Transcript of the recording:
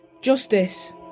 justice